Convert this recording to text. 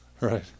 Right